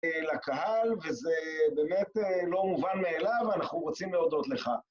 לקהל, וזה באמת לא מובן מאליו, אנחנו רוצים להודות לך.